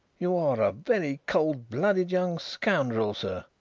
you are a very cold-blooded young scoundrel, sir!